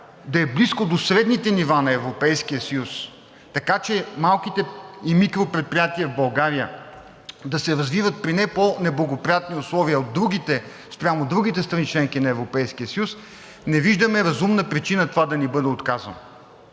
да е близко до средните нива на Европейския съюз, така че малките и микропредприятията в България да се развиват при не по неблагоприятни условия спрямо другите страни – членки на Европейския съюз, не виждаме разумна причина това да ни бъде отказано.